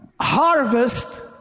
harvest